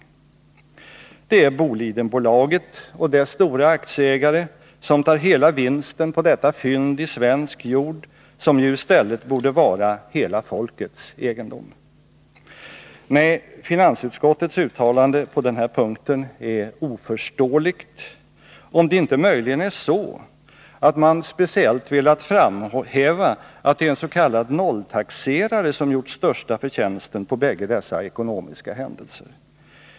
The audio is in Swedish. Det är Bolidenbolaget och dess stora aktieägare som tar hela vinsten på detta fynd i svensk jord, som ju i stället borde vara hela folkets egendom! Nej, finansutskottets uttalande på den här punkten är oförståeligt, om det inte möjligen är så att man speciellt velat framhäva att det är en s.k. nolltaxerare som gjort största förtjänsten på bägge dessa ekonomiska händelser.